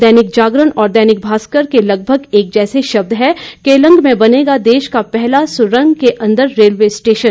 दैनिक जागरण और दैनिक भास्कर के लगभग एक जैसे शब्द हैं केलंग में बनेगा देश का पहला सुरंग के अंदर रेलवे स्टेशन